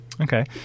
Okay